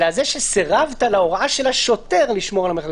אלא על זה שסירבת להוראה של השוטר לשמור על המרחק.